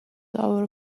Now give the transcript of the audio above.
our